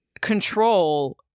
control